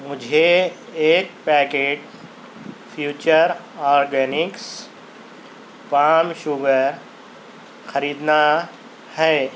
مجھے ایک packet future organics palm sugar خریدنا ہے